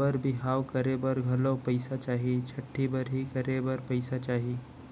बर बिहाव करे बर घलौ पइसा चाही, छठ्ठी बरही करे बर पइसा चाही